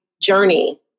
journey